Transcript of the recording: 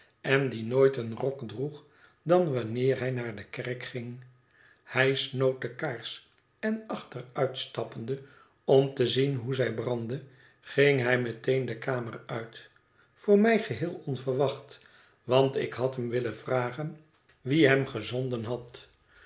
en die nooit een rok droeg dan wanneer hij naar de kerk ging hij snoot de kaars en achteruit stappende om te zien hoe zij brandde ging hij meteen de kamer uit voor mij geheel onverwacht want ik had hem willen vragen wie hem gezonden had